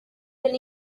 del